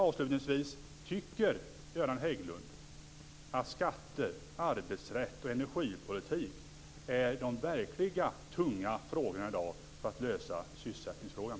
Avslutningsvis: Tycker Göran Hägglund att skatter, arbetsrätt och energipolitik är de verkligt tunga frågorna i dag för att lösa sysselsättningsfrågan?